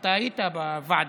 אתה היית בוועדה.